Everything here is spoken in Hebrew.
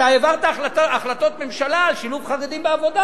אתה העברת החלטות ממשלה על שילוב חרדים בעבודה.